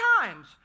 times